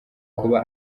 kuba